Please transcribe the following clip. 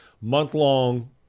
month-long